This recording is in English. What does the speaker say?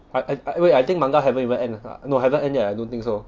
but I I wait think manga haven't even end no haven't end yet I don't think so